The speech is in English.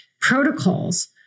protocols